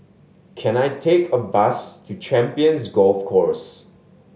can I take a bus to Champions Golf Course